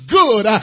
good